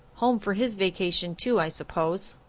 home for his vacation too, i suppose.